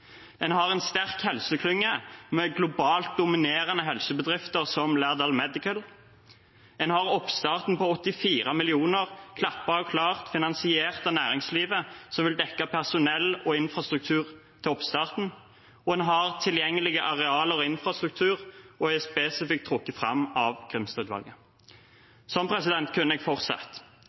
En har en sterk helseklynge med globalt dominerende helsebedrifter som Laerdal Medical. En har oppstarten på 84 mill. kr, klappet og klar, finansiert av næringslivet, som vil dekke personell og infrastruktur til oppstarten. Og en har tilgjengelige arealer og infrastruktur, som er spesifikt trukket fram av Grimstad-utvalget. Sånn kunne jeg